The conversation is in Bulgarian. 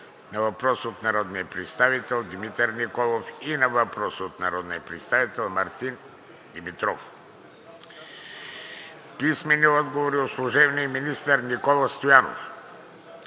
на въпрос от народния представител Димитър Николов и на въпрос от народния представител Мартин Димитров; – служебния министър Никола Стоянов